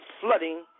flooding